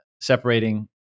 separating